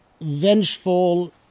vengeful